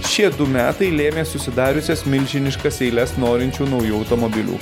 šie metai lėmė susidariusias milžiniškas eiles norinčių naujų automobilių